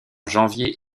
janvier